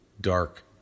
dark